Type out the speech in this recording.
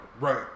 Right